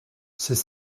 c’est